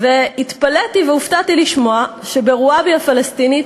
והתפלאתי והופתעתי לשמוע שברוואבי הפלסטינית,